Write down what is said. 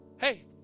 Hey